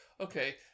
okay